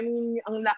ang